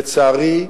לצערי,